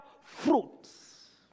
fruits